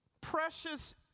precious